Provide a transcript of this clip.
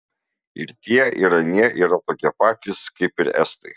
ir tie ir anie yra tokie patys kaip ir estai